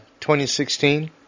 2016